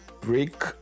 break